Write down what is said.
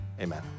Amen